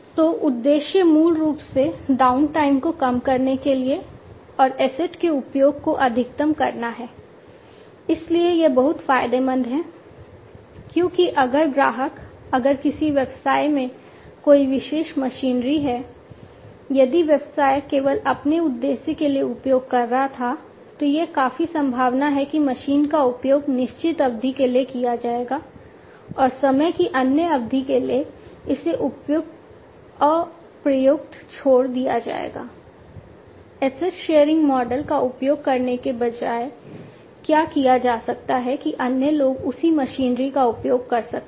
तो उद्देश्य मूल रूप से डाउनटाइम को कम करने के लिए है और एसेट का उपयोग करने के बजाय क्या किया जा सकता है कि अन्य लोग उसी मशीनरी का उपयोग कर सकते हैं